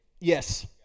Yes